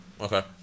Okay